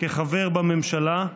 כחבר בממשלה,